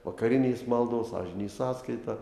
vakarinės maldos sąžinės sąskaita